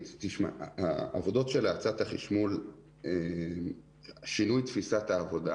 בעבודות האצת החישמול שינוי תפיסת העבודה